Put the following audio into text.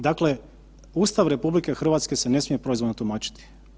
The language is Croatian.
Dakle, Ustav RH se smije proizvoljno tumačiti.